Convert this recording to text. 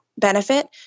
benefit